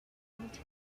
world